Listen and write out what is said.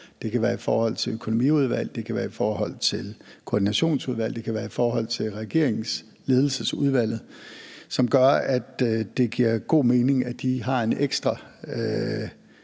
det kan være i forhold til økonomiudvalg, det kan være i forhold til koordinationsudvalg, og det kan være i forhold til regeringens ledelsesudvalg – som gør, at det giver god mening, at de har en ekstra